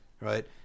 right